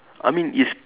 I mean is